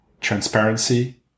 Transparency